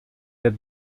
the